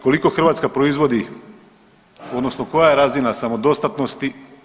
Koliko Hrvatska proizvodi odnosno koja je razina samodostatnosti?